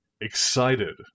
excited